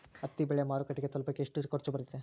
ಹತ್ತಿ ಬೆಳೆ ಮಾರುಕಟ್ಟೆಗೆ ತಲುಪಕೆ ಎಷ್ಟು ಖರ್ಚು ಬರುತ್ತೆ?